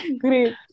Great